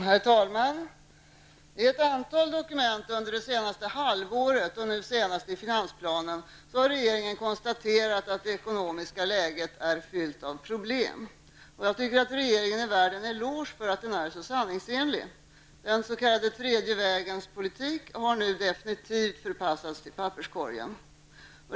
Herr talman! I ett antal dokument under det senaste halvåret, nu senast i finansplanen, har regeringen konstaterat att det ekonomiska läget präglas av problem. Regeringen är värd en eloge för att den är så sanningsenlig. Den s.k. tredje vägens politik har nu definitivt förpassats till papperskorgen.